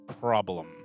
problem